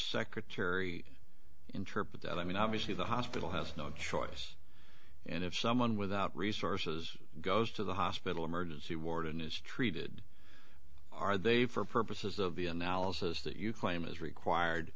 secretary interpret that i mean obviously the hospital has no choice and if someone without resources goes to the hospital emergency ward and is treated are they for purposes of the analysis that you claim is required